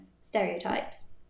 stereotypes